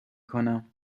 کنم